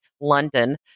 London